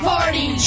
Party